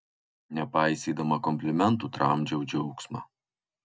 nepaisydama komplimentų tramdžiau džiaugsmą